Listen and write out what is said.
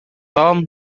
tom